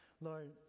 lord